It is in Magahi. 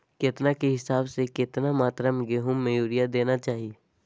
केतना के हिसाब से, कितना मात्रा में गेहूं में यूरिया देना चाही?